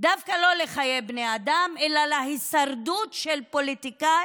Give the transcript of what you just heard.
דווקא לא לחיי בני האדם אלא להישרדות של פוליטיקאי